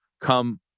come